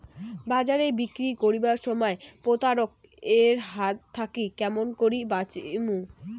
বাজারে বিক্রি করিবার সময় প্রতারক এর হাত থাকি কেমন করি বাঁচিমু?